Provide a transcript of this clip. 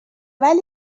ولی